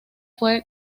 fue